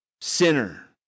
Sinner